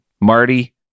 marty